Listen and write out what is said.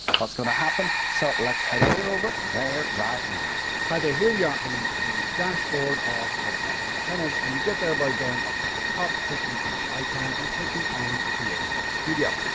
what's going to happen. so, let's head on over there, right now. hi, there, here we are in the dashboard of one um my channels and you get there by going up to the top clicking on your icon and clicking on creator studio.